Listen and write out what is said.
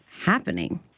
happening